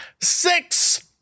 Six